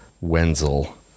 Wenzel